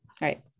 right